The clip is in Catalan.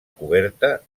coberta